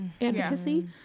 advocacy